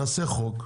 נעשה חוק.